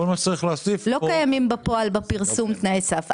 כול מה שצריך להוסיף פה -- לא קיימים בפועל בפרסום תנאי סף.